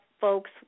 folks